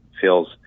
feels